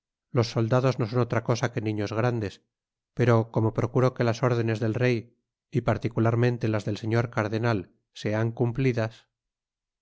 los soldados no son otra cosa que niños grandes pero como procuro que las órdenes del rey y particularmente las del señor cardenal sean cumplidas